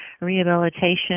rehabilitation